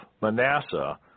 Manasseh